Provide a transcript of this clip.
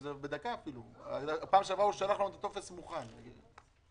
בלי קשר לדיון מתי שאנחנו דנים בעניין הזה.